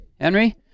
Henry